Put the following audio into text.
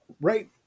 Right